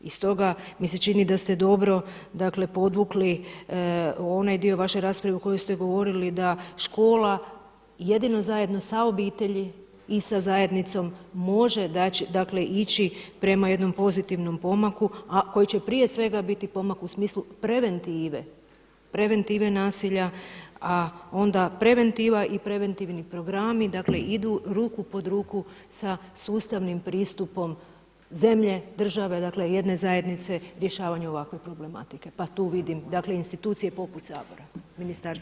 I stoga mi se čini da ste dobro dakle podvukli onaj dio vaše rasprave u kojoj ste govorili da škola jedino zajedno sa obitelji i sa zajednicom može dakle ići prema jednom pozitivnom pomaku, a koji će prije svega biti pomak u smislu preventive, preventive nasilja a onda preventiva i preventivni programi, dakle idu ruku pod ruku sa sustavnim pristupom zemlje, države, dakle jedne zajednice rješavanju ovakve problematike pa tu vidim dakle institucije poput Sabora, ministarstva itd.